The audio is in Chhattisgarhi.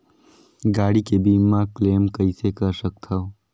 गाड़ी के बीमा क्लेम कइसे कर सकथव?